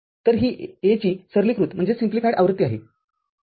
तर ही A ची सरलीकृत आवृत्ती आहे